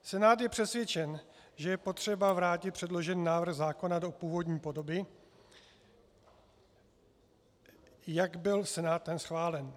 Senát je přesvědčen, že je potřeba vrátit předložený návrh zákona do původní podoby, jak byl Senátem schválen.